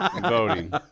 Voting